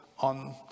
On